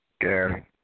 Gary